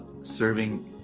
serving